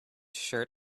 shirt